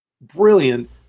Brilliant